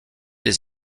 les